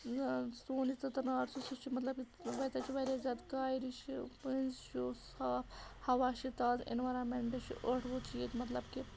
سون یہِ ژٕتٕرنار چھِ سُہ چھُ مطلب تَتہِ حظ چھِ واریاہ زیادٕ کاورِ چھِ پٔنٛزۍ چھُ صاف ہوا چھُ تازٕ اٮ۪نوارَمٮ۪نٛٹ چھُ ٲٹھ وُتھ چھِ ییٚتہِ مطلب کہِ